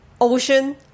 ocean